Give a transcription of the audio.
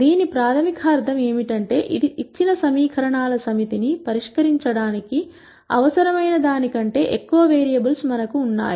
దీని ప్రాథమిక అర్థం ఏమిటంటే ఇచ్చిన సమీకరణాల సమితి ని పరిష్కరించడానికి అవసరమైన దానికంటే ఎక్కువ వేరియబుల్స్ మనకు ఉన్నాయి